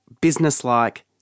business-like